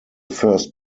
first